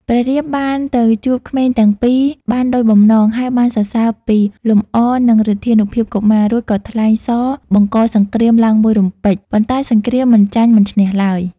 ព្រះរាមបានទៅជួបក្មេងទាំងពីរបានដូចបំណង ហើយបានសរសើរពីលំអនិងឫទ្ធានុភាពកុមារ រួចក៏ថ្លែងសរបង្កសង្គ្រាមឡើងមួយរំពេច ប៉ុន្តែសង្គ្រាមមិនចាញ់មិនឈ្នះឡើយ។